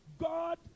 God